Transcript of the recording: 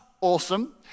awesome